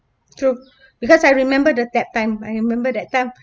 true because I remember the that time I remember that time